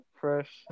Fresh